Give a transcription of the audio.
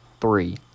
three